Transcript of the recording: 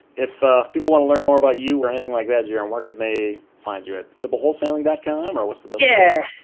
if you wanna learn more about you or anything like that jaron where can they find you at? simplewholsaling dot com or what the but yeah